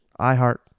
iHeart